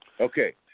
Okay